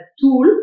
tool